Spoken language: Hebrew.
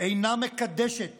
אינה מקדשת